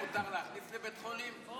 לבית חולים או לא?